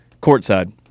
courtside